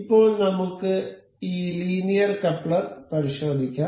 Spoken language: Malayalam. ഇപ്പോൾ നമുക്ക് ഈ ലീനിയർ കപ്ലർ പരിശോധിക്കാം